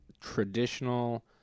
traditional